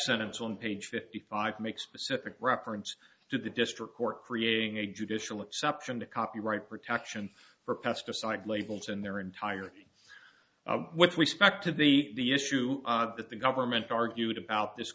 sentence on page fifty five make specific reference to the district court creating a judicial exception to copyright protection for pesticide labels in their entirety what's respect to be the issue that the government argued about this